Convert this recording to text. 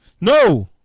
No